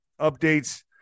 updates